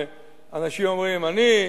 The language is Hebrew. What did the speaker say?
אנשים אומרים: אני,